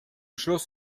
schluss